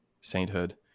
sainthood